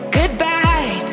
goodbye